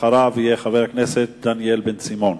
אחריו יהיה חבר הכנסת דניאל בן-סימון,